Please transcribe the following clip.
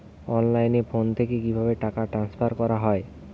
অনলাইনে ফোন থেকে কিভাবে টাকা ট্রান্সফার করা হয়?